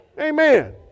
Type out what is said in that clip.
Amen